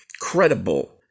credible